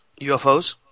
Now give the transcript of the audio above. UFOs